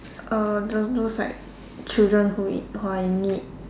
uh the those like children who in who are in need